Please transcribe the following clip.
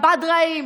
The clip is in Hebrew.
הבדראים,